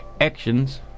actions